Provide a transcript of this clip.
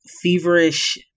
feverish